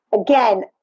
again